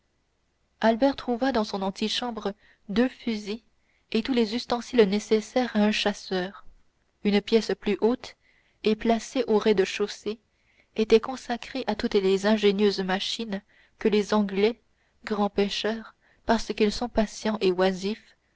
albert trouva dans son antichambre deux fusils et tous les ustensiles nécessaires à un chasseur une pièce plus haute et placée au rez-de-chaussée était consacrée à toutes les ingénieuses machines que les anglais grands pêcheurs parce qu'ils sont patients et oisifs